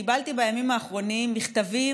קיבלתי בימים האחרונים מכתבים.